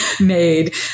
made